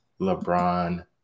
LeBron